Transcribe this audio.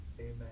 Amen